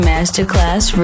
Masterclass